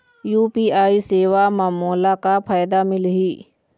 UPI सेवा म मोला का फायदा मिलही?